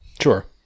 Sure